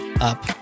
up